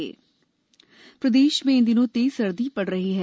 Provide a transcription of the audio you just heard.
मौसम प्रदेश में इन दिनों तेज सर्दी पड़ रही है